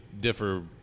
differ